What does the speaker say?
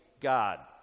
God